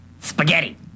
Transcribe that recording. spaghetti